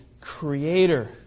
Creator